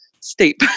steep